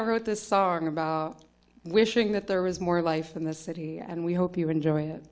of wrote this song about wishing that there was more life in this city and we hope you enjoy it